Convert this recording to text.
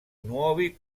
nuovi